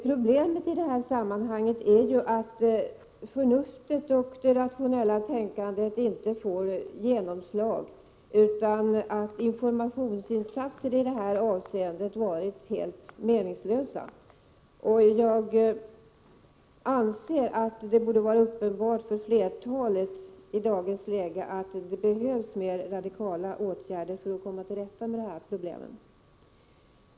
Problemet i det sammanhanget är att förnuftet och det rationella tänkandet inte får genomslag och att informationsinsatser har varit helt meningslösa. Det borde vara uppenbart för flertalet i dagens läge att det behövs mer radikala åtgärder för att komma till rätta med problemen.